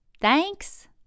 Thanks